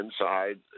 inside